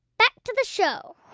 back to the show